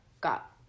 got